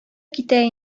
китә